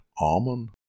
almond